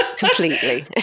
completely